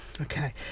Okay